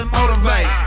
motivate